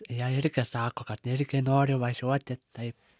jie irgi sako kad irgi nori važiuoti taip